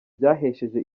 byahesheje